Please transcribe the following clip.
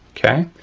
okay,